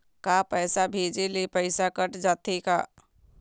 का पैसा भेजे ले पैसा कट जाथे का?